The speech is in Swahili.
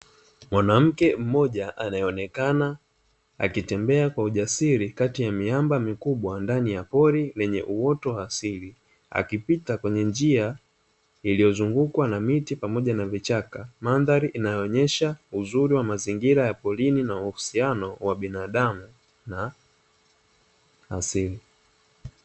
Mwanamke mmoja, anaeonekana akitembea kwa ujasiri kati ya miamba mikubwa ndani ya pori, lenye uoto wa asili, akipita kwenye njia iliyozungukwa na miti pamoja na vichaka. Mandhari inayoonesha uzuri wa mazingira ya porini na uhusiano wa binadamu na asili.